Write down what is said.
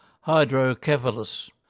hydrocephalus